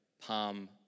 palm